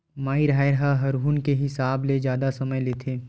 माई राहेर ह हरूना के हिसाब ले जादा समय लेथे